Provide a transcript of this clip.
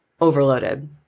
overloaded